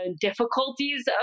difficulties